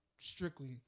Strictly